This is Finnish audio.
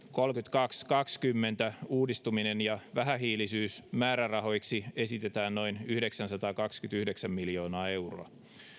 piste kaksikymmentä uudistuminen ja vähähiilisyys määrärahoiksi esitetään noin yhdeksänsataakaksikymmentäyhdeksän miljoonaa euroa